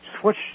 switch